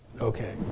Okay